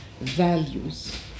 values